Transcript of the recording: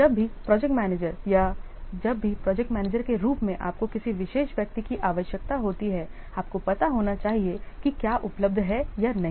जब भी project manager या जब भी प्रोजेक्ट मैनेजर के रूप में आपको किसी विशेष व्यक्ति की आवश्यकता होती है आपको पता होना चाहिए कि क्या उपलब्ध है या नहीं